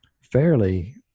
fairly